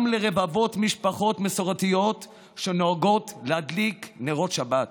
לרבבות משפחות מסורתיות שנוהגות להדליק נרות שבת.